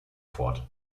fort